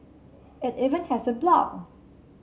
it even has a blog